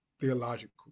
theological